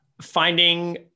finding